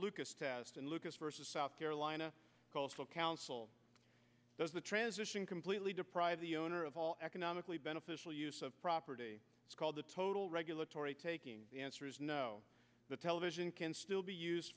lucas test and lucas vs south carolina coastal council does the transition completely deprive the owner of all economically beneficial use of property it's called the total regulatory taking the answer is no the television can still be used